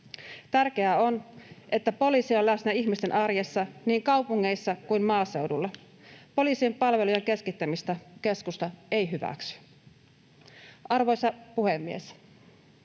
Tärkeää on, että poliisi on läsnä ihmisten arjessa niin kaupungeissa kuin maaseudulla. Poliisin palvelujen keskittämistä keskusta ei hyväksy. Arvoisa puhemies!